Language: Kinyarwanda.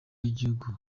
y’igihugu